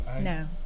No